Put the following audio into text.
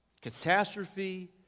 catastrophe